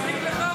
כן.